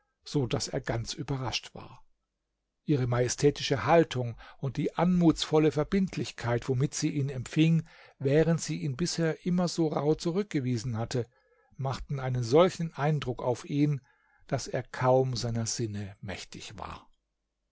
so daß er ganz überrascht war ihre majestätische haltung und die anmutsvolle verbindlichkeit womit sie ihn empfing während sie ihn bisher immer so rauh zurückgewiesen hatte machte einen solchen eindruck auf ihn daß er kaum seiner sinne mächtig war